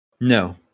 No